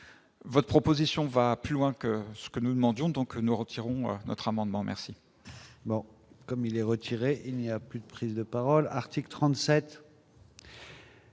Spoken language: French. Votre proposition va plus loin que ce que nous demandons donc nous retirons notre amendement merci.